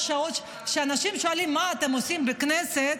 כשאנשים שואלים: מה אתם עושים בכנסת?